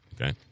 okay